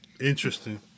Interesting